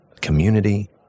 community